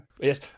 Yes